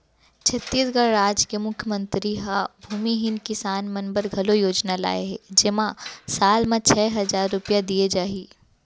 छत्तीसगढ़ राज के मुख्यमंतरी ह भूमिहीन किसान मन बर घलौ योजना लाए हे जेमा साल म छै हजार रूपिया दिये जाही